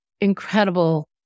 incredible